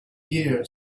years